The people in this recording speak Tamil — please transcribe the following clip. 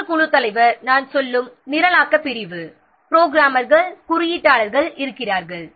மற்றொரு குழுத் தலைவர் நான் சொல்லும் நிரலாக்கப் பிரிவு புரோகிராமர்கள் குறியீட்டாளர்கள் இருக்கிறார்கள்